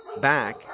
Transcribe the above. back